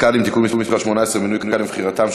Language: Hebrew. הקאדים (תיקון מס' 18) (מינוי קאדים ובחירתם),